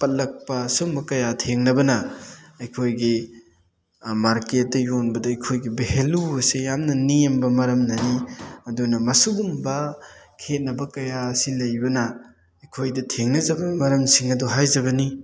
ꯄꯠꯂꯛꯄ ꯁꯤꯒꯨꯝꯕ ꯀꯌꯥ ꯊꯦꯡꯅꯕꯅ ꯑꯩꯈꯣꯏꯒꯤ ꯃꯥꯔꯀꯦꯠꯇ ꯌꯣꯟꯕꯗ ꯑꯩꯈꯣꯏꯒꯤ ꯚꯦꯂꯨ ꯑꯁꯦ ꯌꯥꯝꯅ ꯅꯦꯝꯕ ꯃꯔꯝꯅꯅꯤ ꯑꯗꯨꯅ ꯃꯁꯤꯒꯨꯝꯕ ꯈꯦꯠꯅꯕ ꯀꯌꯥ ꯑꯁꯤ ꯂꯩꯕꯅ ꯑꯩꯈꯣꯏꯗ ꯊꯦꯡꯅꯖꯕ ꯃꯔꯝꯁꯤꯡ ꯑꯗꯣ ꯍꯥꯏꯖꯕꯅꯤ